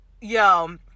Yo